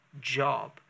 job